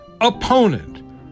opponent